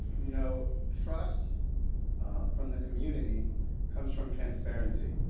you know, trust from the community comes from transparency.